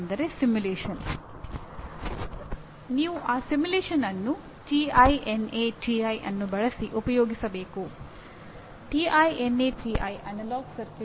ಅದರ ಎಲ್ಲಾ ಅಂಶಗಳ ಬಗ್ಗೆ ಅವನಿಗೆ ತಿಳಿದಿರಬೇಕು ಮತ್ತು ಇವುಗಳು ಉತ್ತಮ ಎಂಜಿನಿಯರ್ನ ಗುಣಲಕ್ಷಣಗಳಾಗಿವೆ